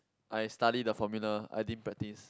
I study the formula I din practice